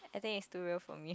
I think it's too real for me